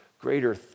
greater